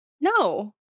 No